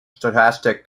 stochastic